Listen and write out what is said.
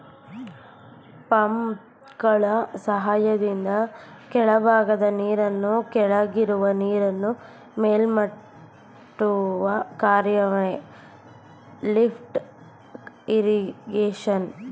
ಪಂಪ್ಗಳ ಸಹಾಯದಿಂದ ಕೆಳಭಾಗದ ನೀರನ್ನು ಕೆಳಗಿರುವ ನೀರನ್ನು ಮೇಲೆತ್ತುವ ಕಾರ್ಯವೆ ಲಿಫ್ಟ್ ಇರಿಗೇಶನ್